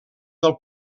del